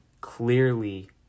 clearly